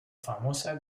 famosa